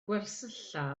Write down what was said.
gwersylla